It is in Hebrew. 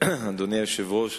אדוני היושב-ראש,